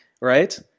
right